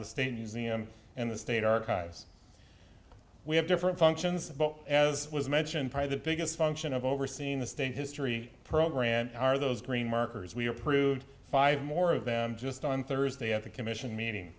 the state museum and the state archives we have different functions but as was mentioned by the biggest function of overseeing the state history program are those green markers we approved five more of them just on thursday at the commission meeting